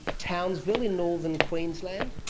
townsville in northern queensland,